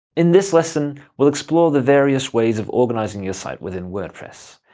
in this lesson, we'll explore the various ways of organizing your site within wordpress.